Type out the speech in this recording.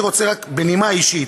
אני רוצה, רק, בנימה אישית.